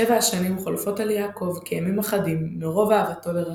שבע השנים חולפות על יעקב כימים אחדים מרוב אהבתו לרחל,